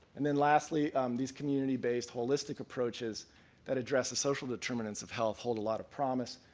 and and lastly these community-based holistic approaches that address social determinants of health hold a lot of promise.